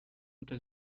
into